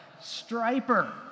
Striper